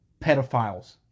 pedophiles